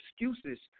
excuses